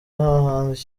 n’abahanzi